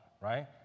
right